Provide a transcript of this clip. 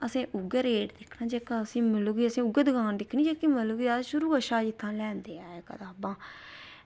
असें उऐ रेट जेह्का असें उऐ दकान दिक्खनी जेह्का कि अस शुरू थमां उत्थां गै लैंदे आए कताबां